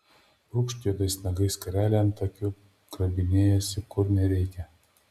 brūkšt juodais nagais skarelę ant akių grabinėjasi kur nereikia